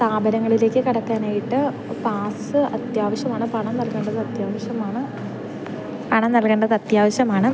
സ്ഥാപനങ്ങളിലേക്ക് കടക്കാനായിട്ട് പാസ്സ് അത്യാവശ്യമാണ് പണം നൽകേണ്ടത് അത്യാവശ്യമാണ് പണം നൽകേണ്ടത് അത്യാവശ്യമാണ്